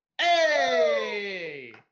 Hey